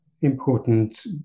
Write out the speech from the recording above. important